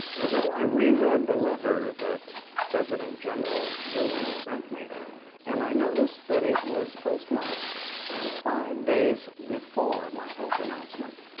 but then i re-read the letter that president general dillon sent me and i noticed that it was postmarked five days before my health announcement.